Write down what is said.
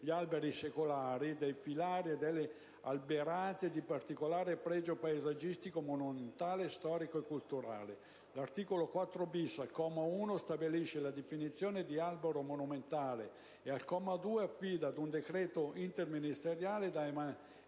alberi secolari, dei filari e delle alberate di particolare pregio paesaggistico, monumentale, storico e culturale. Al comma 1, esso stabilisce la definizione di «albero monumentale» e, al comma 2, affida ad un decreto interministeriale,